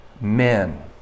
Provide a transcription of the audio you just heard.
men